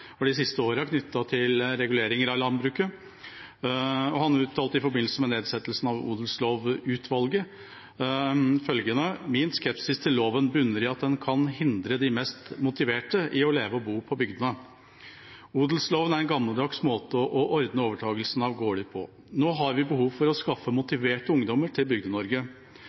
til reguleringer i landbruket. Han uttalte i forbindelse med nedsettelsen av Odelslovutvalget følgende: «Min skepsis til loven bunner i at den kan hindre de mest motiverte i å leve og bo på bygdene. Odelsloven er en gammeldags måte å ordne overtagelsen av gårder på. Nå har vi behov for å skaffe motiverte ungdommer til